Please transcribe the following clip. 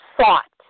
sought